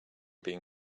been